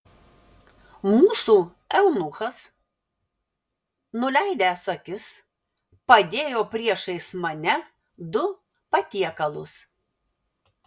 mūsų eunuchas nuleidęs akis padėjo priešais mane du patiekalus